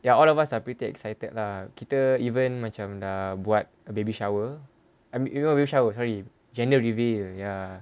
ya all of us are pretty excited lah kita even macam dah buat a baby shower um eh not baby shower sorry gender reveal ya